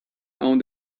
own